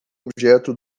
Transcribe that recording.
objeto